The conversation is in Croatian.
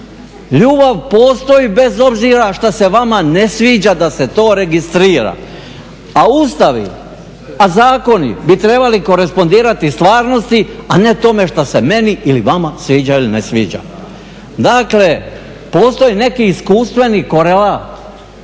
Ljubav postoji bez obzira šta se vama ne sviđa da se to registrira. A ustavi, a zakoni bi trebali korespondirati stvarnosti, a ne tome što se meni ili vama sviđa ili ne sviđa. Dakle, postoji neki iskustveni koleral